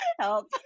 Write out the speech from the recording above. help